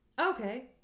Okay